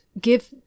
give